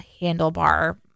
handlebar